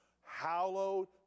hallowed